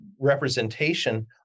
representation